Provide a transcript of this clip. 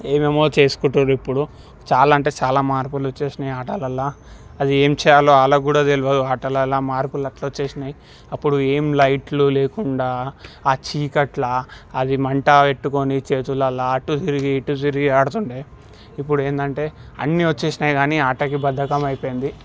ఏమేమో చేసికుంటారు ఇప్పుడు చాలా అంటే చాలా మార్పులు వచ్చేసినాయి ఆటలల్లో అవి ఏం చేయాలో వాళ్ళకు కూడా తెలియదు ఆటలల్లో మార్పులు అట్లా వచ్చేసినాయి అప్పుడు ఏం లైట్లు లేకుండా ఆ చీకట్లా అది మంట పెట్టుకొని చేతులలో అటు తిరిగి ఇటు తిరిగి ఆడుతుండే ఇప్పుడు ఏంటంటే అన్నీ వచ్చేసినాయి కానీ ఆటకి బద్ధకం అయిపోయింది